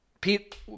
pete